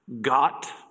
got